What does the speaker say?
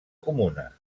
comuna